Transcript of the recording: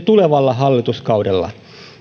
tulevalla hallituskaudella